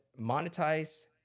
monetize